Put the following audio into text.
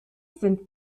sind